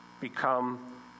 become